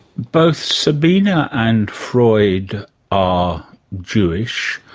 both sabina and freud are jewish.